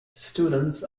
students